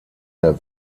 der